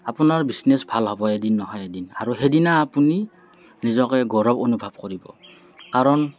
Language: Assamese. আপোনাৰ বিজনেছ ভাল হ'বই এদিন নহয় এদিন আৰু সেইদিনা আপুনি নিজকে গৌৰৱ অনুভৱ কৰিব কাৰণ